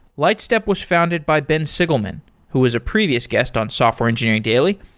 lightstep was founded by ben sigelman who was a previous guest on software engineering daily.